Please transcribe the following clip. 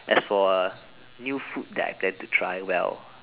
as for uh new food that I get to try well